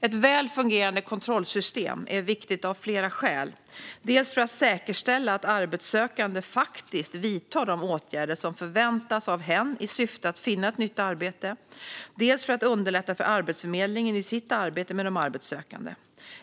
Ett väl fungerande kontrollsystem är viktigt av flera skäl: dels för att säkerställa att en arbetssökande faktiskt vidtar de åtgärder som förväntas av hen i syfte att finna ett nytt arbete, dels för att underlätta för Arbetsförmedlingen i dess arbete med de arbetssökande.